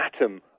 atom